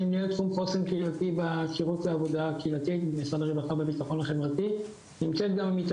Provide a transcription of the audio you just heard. אנשים מוכרים בתים ועושים רילוקיישן כי נכנסו להם לבניין.